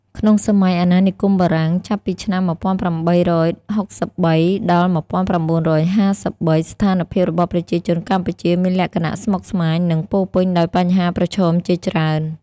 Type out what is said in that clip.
ក្នុងសម័យអាណានិគមបារាំង (ចាប់ពីឆ្នាំ ១៨៦៣-១៩៥៣) ស្ថានភាពរបស់ប្រជាជនកម្ពុជាមានលក្ខណៈស្មុគស្មាញ និងពោរពេញដោយបញ្ហាប្រឈមជាច្រើន។